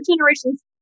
generation's